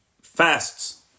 fasts